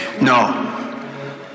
No